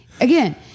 again